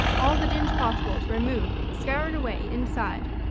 all the dinge possible to remove scoured away, inside!